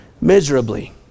miserably